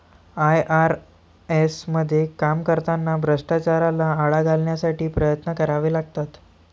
IRS मध्ये काम करताना भ्रष्टाचाराला आळा घालण्यासाठी प्रयत्न करावे लागतात